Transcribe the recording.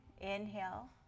Inhale